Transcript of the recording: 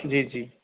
जी जी